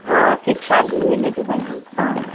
हँ शिक्षा भी मिलैत छै बढ़िआँ हँ